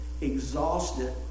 exhausted